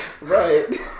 Right